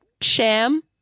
sham